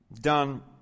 done